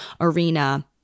arena